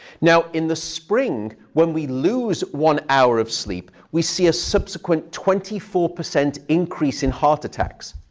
now, in the spring, when we lose one hour of sleep, we see a subsequent twenty four percent increase in heart attacks.